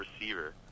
receiver